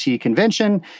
convention